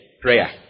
prayer